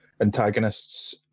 antagonists